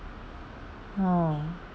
oh